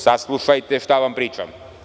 Saslušajte šta vam pričam.